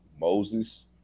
Moses